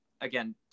again